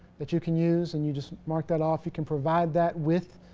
that you can use and you just market off he can provide that with